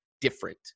different